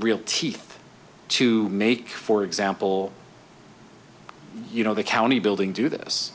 real teeth to make for example you know the county building do this